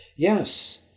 Yes